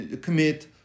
commit